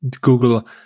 Google